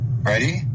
Ready